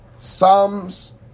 Psalms